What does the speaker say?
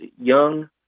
young